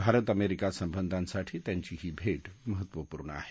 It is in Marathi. भारत अमेरिका संबंधांसाठी त्यांची ही भेट महत्त्वपूर्ण आहे